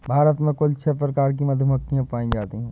भारत में कुल छः प्रकार की मधुमक्खियां पायी जातीं है